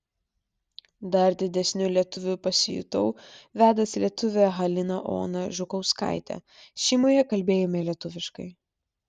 dar didesniu lietuviu pasijutau vedęs lietuvę haliną oną žukauskaitę šeimoje kalbėjome lietuviškai